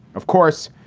of course,